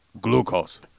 glucose